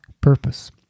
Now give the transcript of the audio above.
purpose